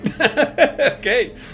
Okay